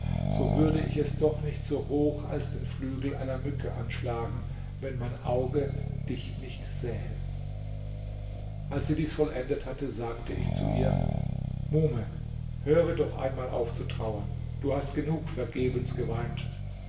so würde ich es doch nicht so hoch als den flügel einer mücke anschlagen wenn mein auge dich nicht sähe als sie dies vollendet hatte sagte ich zu ihr muhme höre doch einmal auf zu trauern du hast genug vergebens geweint